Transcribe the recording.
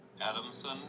Adamson